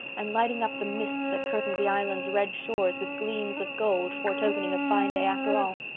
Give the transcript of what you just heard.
and lighting up the mists that curtained the island's red shores with gleams of gold foretokening a fine day after all.